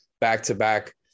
back-to-back